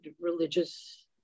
religious